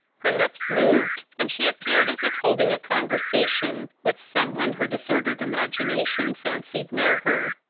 her lips moved, and she appeared as if holding a conversation with some one her disordered imagination fancied near her.